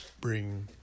bring